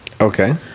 Okay